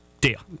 Deal